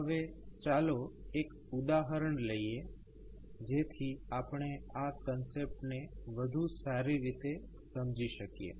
હવે ચાલો એક ઉદાહરણ લઈએ જેથી આપણે આ કન્સેપ્ટ ને વધુ સારી રીતે સમજી શકીએ